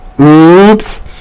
Oops